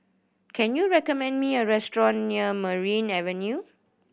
can you recommend me a restaurant near Merryn Avenue